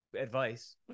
advice